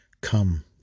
come